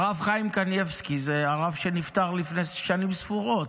הרב חיים קניבסקי זה הרב שנפטר לפני שנים ספורות?